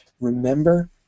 Remember